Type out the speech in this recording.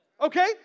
Okay